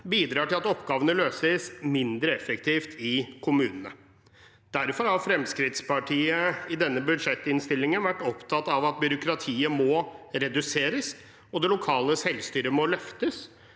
bidrar til at oppgavene løses mindre effektivt i kommunene. Derfor har Fremskrittspartiet i denne budsjettinnstillingen vært opptatt av at byråkratiet må reduseres, og at det lokale selvstyret må løftes,